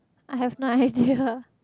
I have no idea